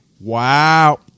wow